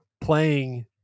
playing